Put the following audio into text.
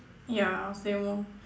ya I'll same orh